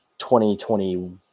2020